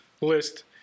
list